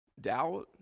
doubt